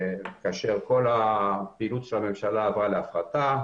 כאשר כל הפעילות של הממשלה עברה להפחתה.